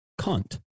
cunt